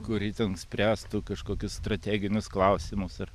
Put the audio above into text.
kuri ten spręstų kažkokius strateginius klausimus ar